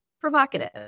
provocative